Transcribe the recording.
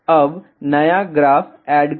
अब नया graph add करें